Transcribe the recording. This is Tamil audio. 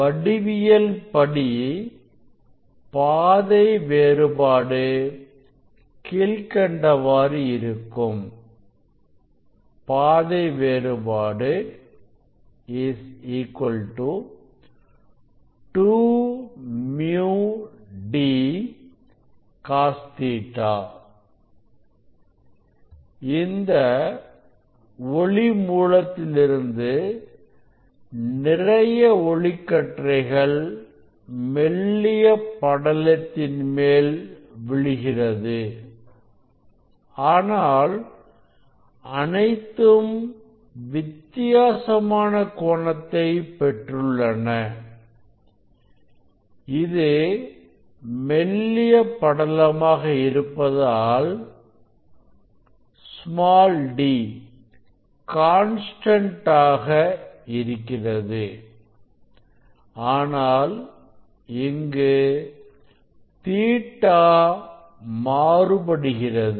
வடிவியல் படி பாதை வேறுபாடு கீழ்க்கண்டவாறு இருக்கும் பாதை வேறுபாடு 2 µ d Cos Ɵ இந்த ஒளி மூலத்திலிருந்து நிறைய ஒளிக்கற்றைகள் மெல்லிய படலத்தின் மேல் விழுகிறது ஆனால் அனைத்தும் வித்தியாசமான கோணத்தை பெற்றுள்ளது இது மெல்லிய படலமாக இருப்பதால் d கான்ஸ்டன்ட் ஆக இருக்கிறது ஆனால் இங்கு Ɵ மாறுபடுகிறது